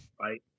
right